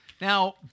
now